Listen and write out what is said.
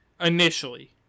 initially